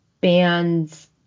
band's